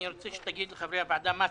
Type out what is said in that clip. אני רוצה שתגיד לחברי הוועדה מה סדר-היום,